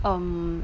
um